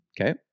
Okay